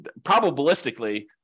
probabilistically